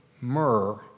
myrrh